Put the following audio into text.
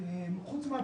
מצב קיים,